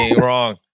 Wrong